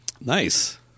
Nice